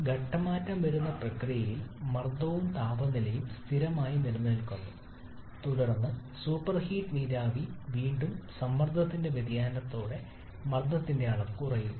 ഘട്ടം മാറ്റുന്ന പ്രക്രിയയിൽ മർദ്ദവും താപനിലയും സ്ഥിരമായി നിലനിൽക്കുന്നു തുടർന്ന് സൂപ്പർഹീറ്റ് നീരാവി ഭരണത്തിൽ വീണ്ടും സമ്മർദ്ദത്തിന്റെ വ്യതിയാനത്തോടെ മർദ്ദത്തിന്റെ അളവ് കുറയുന്നു